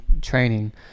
training